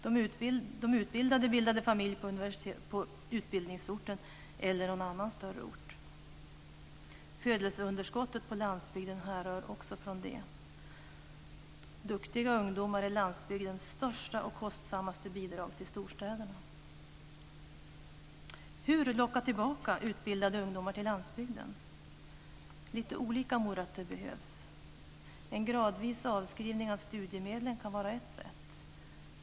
De utbildade bildade familj på utbildningsorten eller någon annan större ort. Födelseunderskottet på landsbygden härrör också från detta. Duktiga ungdomar är landsbygdens största och kostsammaste bidrag till storstäderna. Hur locka tillbaka utbildade ungdomar till landsbygden? Lite olika morötter behövs. En gradvis avskrivning av studiemedlen kan vara ett sätt.